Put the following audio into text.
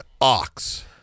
ox